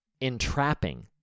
entrapping